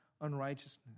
unrighteousness